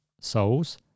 souls